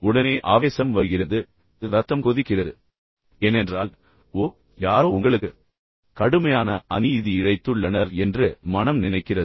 உடனே ஆவேசம் வருகிறது இரத்தம் கொதிக்கிறது ஏனென்றால் ஓ யாரோ உங்களுக்கு கடுமையான அநீதி இழைத்துள்ளனர் என்று மனம் நினைக்கிறது